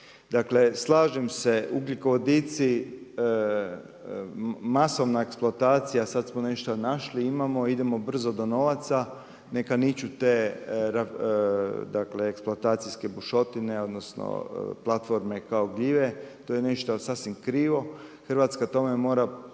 Dakle, slažem se ugljikovodici masovna eksploatacija, sada smo nešto našli imamo, idemo brzo do novaca neka niču te eksploatacijske bušotine odnosno platforme kao gljive, to je nešto sasvim krivo. Hrvatska tome mora